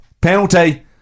Penalty